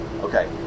Okay